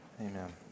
Amen